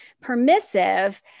permissive